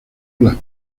las